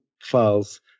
files